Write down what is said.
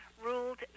ruled